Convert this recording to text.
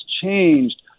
changed